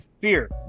Fear